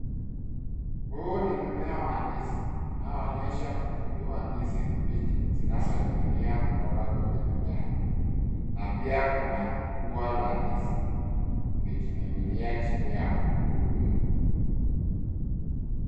Huu ni mmea wa ndizi unaonyesha mkungu wa ndizi mbichi zinazoning'inia kutoka kwenye mimea na pia kuna ua la ndizi likining'inia chini ya mkungu huo.